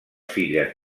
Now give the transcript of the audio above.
filles